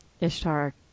Ishtar